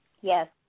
Yes